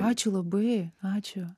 ačiū labai ačiū